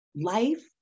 life